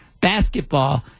basketball